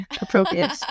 appropriate